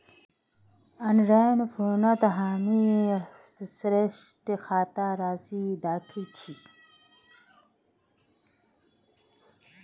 अरनेर फोनत हामी ऋण खातार राशि दखिल छि